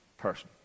person